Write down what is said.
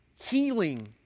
healing